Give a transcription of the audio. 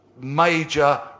major